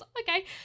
okay